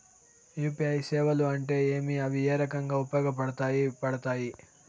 UPI సేవలు అంటే ఏమి, అవి ఏ రకంగా ఉపయోగపడతాయి పడతాయి?